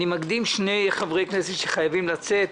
אני מקדים שני חברי כנסת שחייבים לצאת,